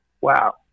wow